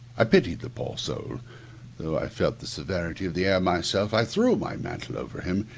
i pitied the poor soul though i felt the severity of the air myself, i threw my mantle over him,